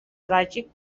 tràgic